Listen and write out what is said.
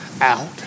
out